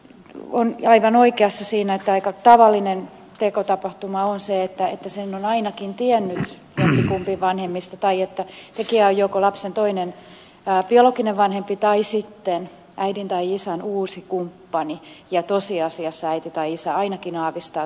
väätäinen on aivan oikeassa siinä että aika tavallinen tekotapahtuma on se että sen on ainakin tiennyt jompikumpi vanhemmista tai tekijä on joko lapsen toinen biologinen vanhempi tai sitten äidin tai isän uusi kumppani ja tosiasiassa äiti tai isä ainakin aavistaa tai tekee